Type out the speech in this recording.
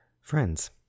friends